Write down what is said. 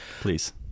please